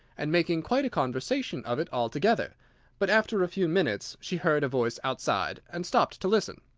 and making quite a conversation of it altogether but after a few minutes she heard a voice outside, and stopped to listen.